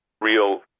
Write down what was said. real